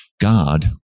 God